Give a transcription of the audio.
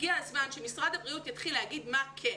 הגיע הזמן שמשרד הבריאות יתחיל להגיד מה כן.